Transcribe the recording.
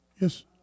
Yes